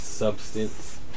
Substance